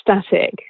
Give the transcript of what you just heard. static